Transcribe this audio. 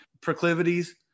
proclivities